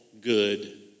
good